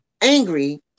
angry